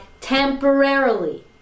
temporarily